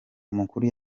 umukuru